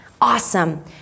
awesome